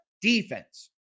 defense